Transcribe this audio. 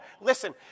listen